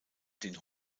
den